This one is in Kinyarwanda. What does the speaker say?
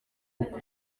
uko